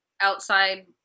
outside